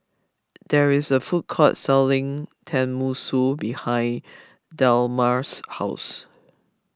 there is a food court selling Tenmusu behind Delmar's house